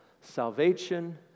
salvation